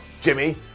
Jimmy